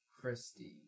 Christy